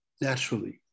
naturally